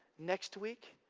next week,